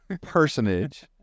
personage